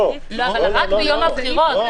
רק ביום הבחירות.